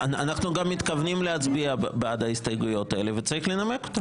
אנחנו גם מתכוונים להצביע בעד ההסתייגויות האלה וצריך לנמק אותן.